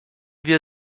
wir